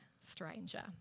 stranger